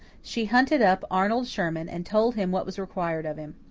she hunted up arnold sherman, and told him what was required of him.